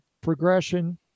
progression